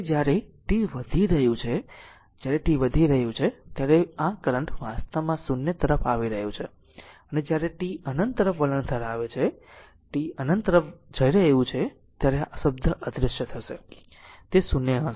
અને જ્યારે t વધી રહ્યું છે જ્યારે t વધી રહ્યું છે ત્યારે આ કરંટ વાસ્તવમાં 0 તરફ આવી રહ્યું છે અને જ્યારે t અનંત તરફ વલણ ધરાવે છે t અનંત તરફ જઈ રહ્યું છે ત્યારે આ શબ્દ અદૃશ્ય થઈ જશે તે 0